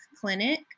clinic